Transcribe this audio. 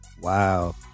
Wow